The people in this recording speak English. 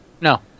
No